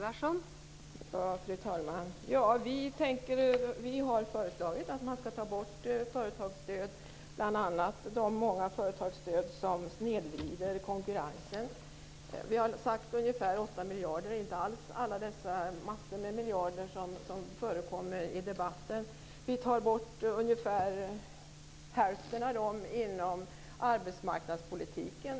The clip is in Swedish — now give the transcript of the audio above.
Fru talman! Vi har föreslagit att man skall ta bort bl.a. de många företagsstöd som snedvrider konkurrensen. Vi har talat om ungefär 8 miljarder - inte alls de massor av miljarder som förekommer i debatten. Vi tar bort ungefär hälften av detta inom arbetsmarknadspolitiken.